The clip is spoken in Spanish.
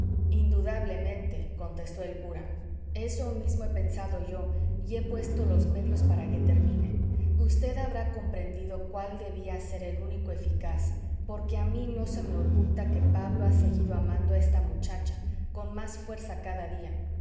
indudablemente contestó el cura eso mismo he pensado yo y he puesto los medios para que termine vd habrá comprendido cuál debía ser el único eficaz porque a mí no se me oculta que pablo ha seguido amando a esta muchacha con más fuerza cada día